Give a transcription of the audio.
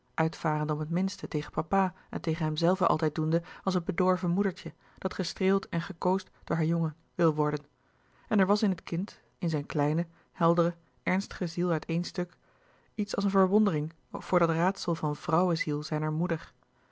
uitvarende om het minste tegen papa en tegen hemzelven altijd doende als het bedorven moedertje dat gestreeld en gekoosd door haar jongen wil worden en er was in het kind in zijn kleine heldere ernstige ziel uit éen stuk iets als eene verwondering voor dat raadsel van vrouweziel zijner moeder